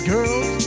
Girls